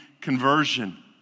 conversion